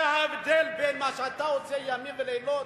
זה ההבדל בין מה שאתה עושה ימים ולילות,